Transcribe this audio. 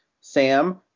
Sam